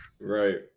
Right